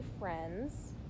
friends